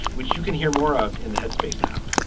which you can hear more of in the headspace app.